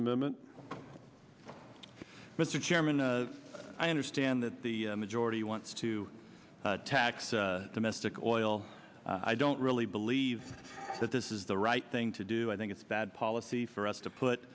amendment mr chairman i understand that the majority wants to tax domestic oil i don't really believe that this is the right thing to do i think it's bad policy for us to